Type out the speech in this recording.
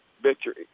victory